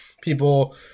people